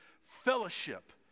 fellowship